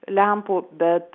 lempų bet